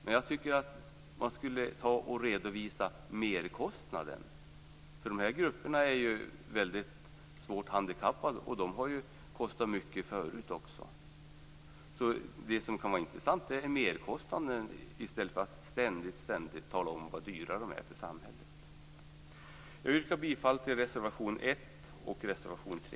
Men jag tycker att man skulle redovisa merkostnaden. Dessa grupper är ju mycket svårt handikappade och de har ju kostat väldigt mycket även tidigare. Det som kan vara intressant att få reda på är därför merkostnaden i stället för att ständigt få höra hur dyra dessa människor är för samhället. Jag yrkar bifall till reservationerna 1 och 3.